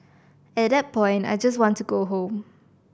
at that point I just want to go home